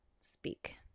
speak